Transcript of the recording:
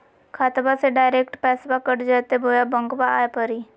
खाताबा से डायरेक्ट पैसबा कट जयते बोया बंकबा आए परी?